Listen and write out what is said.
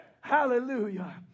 hallelujah